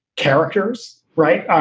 characters. right.